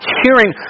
hearing